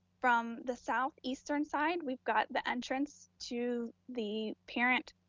from the southeastern side, we've got the entrance to the parent